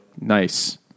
nice